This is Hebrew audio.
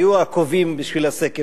היו קובעים בשביל הסקר.